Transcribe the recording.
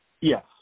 Yes